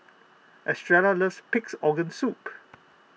Estrella loves Pig's Organ Soup